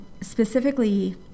specifically